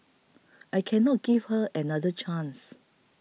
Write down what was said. I cannot give her another chance